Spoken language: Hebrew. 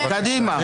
קדימה.